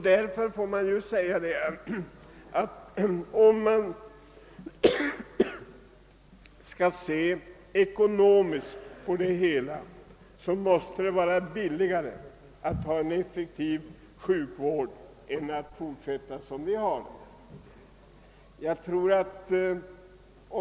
Lägger man ekonomiska synpunkter på frågan finner man att det måste bli billigare att ha en effektiv sjukvård än att fortsätta på det sätt som vi nu gör.